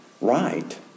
right